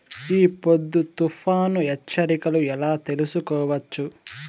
ఈ పొద్దు తుఫాను హెచ్చరికలు ఎలా తెలుసుకోవచ్చు?